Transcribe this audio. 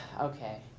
Okay